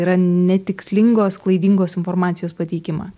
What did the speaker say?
yra netikslingos klaidingos informacijos pateikimą